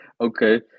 okay